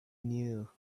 knew